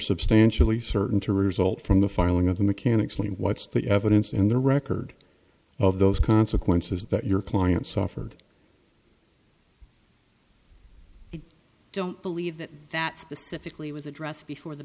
substantially certain to result from the filing of the mechanic's lien what's the evidence in the record of those consequences that your client suffered i don't believe that that specifically was addressed before the